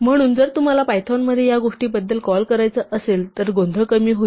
म्हणून जर तुम्हाला पायथॉन मध्ये त्या गोष्टी बद्दल कॉल करायचा असेल तर हे गोंधळ कमी होईल